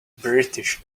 british